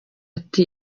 ati